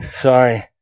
Sorry